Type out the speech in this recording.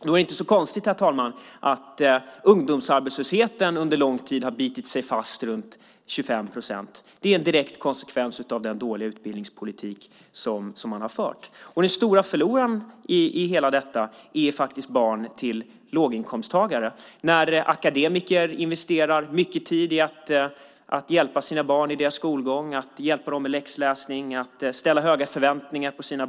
Då är det inte så konstigt, herr talman, att ungdomsarbetslösheten under lång tid har bitit sig fast runt 25 procent. Det är en direkt konsekvens av den dåliga utbildningspolitik som man har fört. De stora förlorarna i allt detta är faktiskt barn till låginkomsttagare. Akademiker investerar mycket tid i att hjälpa sina barn i deras skolgång. De hjälper dem med läxläsning och har höga förväntningar på dem.